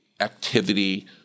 activity